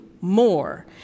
more